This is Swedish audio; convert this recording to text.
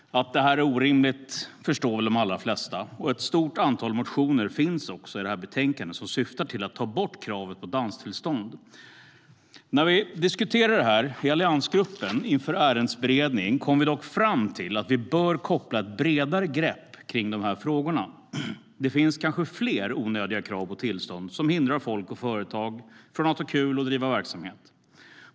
Att det är orimligt förstår väl de allra flesta. Det behandlas också i ett stort antal motioner i det här betänkandet som syftar till att ta bort kravet på danstillstånd. När vi diskuterade detta i alliansgruppen inför ärendets beredning kom vi dock fram till att vi bör koppla ett bredare grepp kring de här frågorna. Det finns kanske fler onödiga krav på tillstånd som hindrar folk och företag från att ha kul och driva verksamhet.